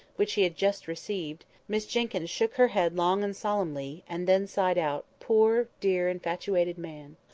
which he had just received, miss jenkyns shook her head long and solemnly, and then sighed out, poor, dear, infatuated man!